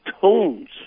tones